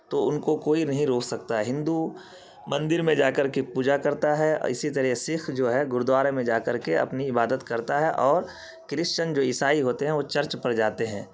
تو ان کو کوئی نہیں روک سکتا ہے ہندو مندر میں جا کر کے پوجا کرتا ہے اور اسی طرح سکھ جو ہے گرودوارے میں جا کر کے اپنی عبادت کرتا ہے اور کرشچن جو عیسائی ہوتے ہیں وہ چرچ پر جاتے ہیں